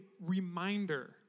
reminder